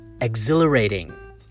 Exhilarating